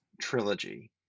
trilogy